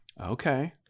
Okay